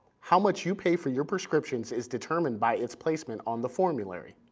how much you pay for your prescriptions is determined by its placement on the formulary.